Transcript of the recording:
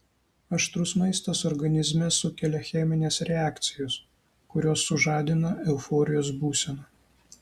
aštrus maistas organizme sukelia chemines reakcijas kurios sužadina euforijos būseną